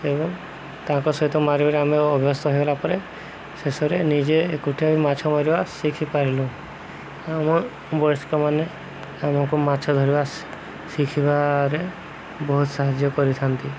ଏବଂ ତାଙ୍କ ସହିତ ମାରିମାରି ଆମେ ଅଭ୍ୟାସ ହେଲା ପରେ ଶେଷରେ ନିଜେ ଏକାଠି ବି ମାଛ ମରିବା ଶିଖିପାରିଲୁ ଆମ ବୟସ୍କମାନେ ଆମକୁ ମାଛ ଧରିବା ଶିଖିବାରେ ବହୁତ ସାହାଯ୍ୟ କରିଛନ୍ତି